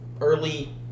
early